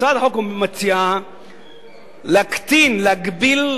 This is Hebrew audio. הצעת החוק מציעה להקטין, להגביל,